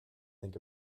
think